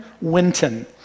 Winton